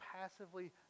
passively